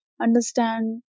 understand